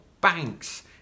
banks